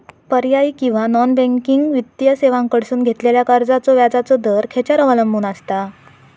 पर्यायी किंवा non banking वित्तीय सेवांकडसून घेतलेल्या कर्जाचो व्याजाचा दर खेच्यार अवलंबून आसता?